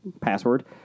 password